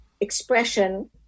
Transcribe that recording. expression